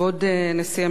שמעון פרס,